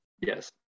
Yes